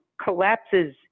collapses